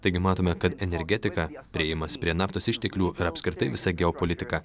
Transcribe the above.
taigi matome kad energetika priėjimas prie naftos išteklių ir apskritai visa geopolitika